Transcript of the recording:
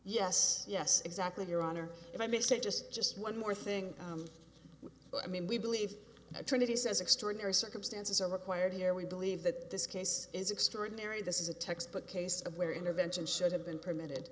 yes yes exactly your honor if i may say just just one more thing i mean we believe that trinity says extraordinary circumstances are required here we believe that this case is extraordinary this is a textbook case of where intervention should have been permitted